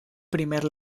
primer